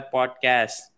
Podcast